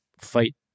fight